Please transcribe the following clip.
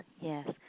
yes